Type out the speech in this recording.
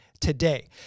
today